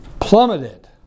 plummeted